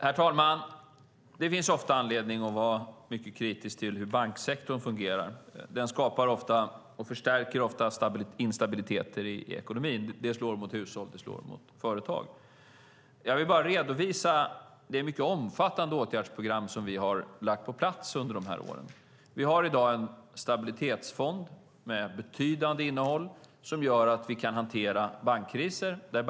Herr talman! Det finns ofta anledning att vara mycket kritisk till hur banksektorn fungerar. Den skapar och förstärker ofta instabiliteter i ekonomin, vilket slår mot hushåll och företag. Jag vill redovisa det mycket omfattande åtgärdsprogram som vi har lagt på plats under de här åren. Vi har i dag en stabilitetsfond med betydande innehåll som gör att vi kan hantera bankkriser.